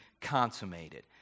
consummated